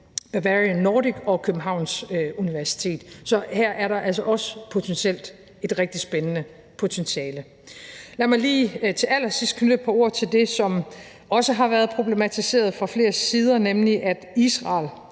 Bavarian Nordic og Københavns Universitet. Så her er der altså også potentielt et rigtig spændende potentiale. Lad mig lige til allersidst knytte et par ord til det, som også har været problematiseret fra flere sider, nemlig at rejsen